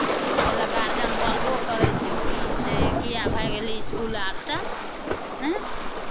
एहि लेल गारजियन बोलबो करै छै कि से किएक भागि एलही इसकुल आरसँ आँय